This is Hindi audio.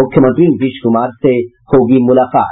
मूख्यमंत्री नीतीश कुमार से भी होगी मुलाकात